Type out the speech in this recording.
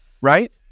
Right